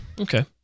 okay